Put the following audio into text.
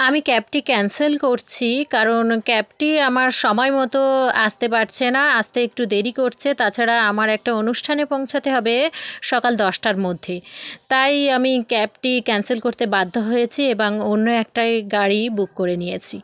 আমি ক্যাবটি ক্যান্সেল করছি কারণ ক্যাবটি আমার সময় মতো আসতে পারছে না আসতে একটু দেরি করছে তাছাড়া আমার একটা অনুষ্ঠানে পৌঁছাতে হবে সকাল দশটার মধ্যে তাই আমি ক্যাবটি ক্যান্সেল করতে বাধ্য হয়েছি এবাং অন্য একটা এ গাড়ি বুক করে নিয়েছি